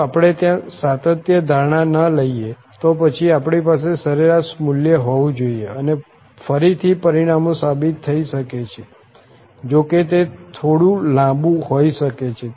જો આપણે ત્યાં સાતત્ય ધારણા ન લઈએ તો પછી આપણી પાસે સરેરાશ મૂલ્ય હોવું જોઈએ અને ફરીથી પરિણામો સાબિત થઈ શકે છે જો કે તે થોડું લાંબુ હોઈ શકે છે